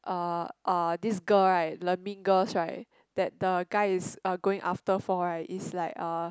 uh this girl right the mean girls right that the guy is uh going after for right is like a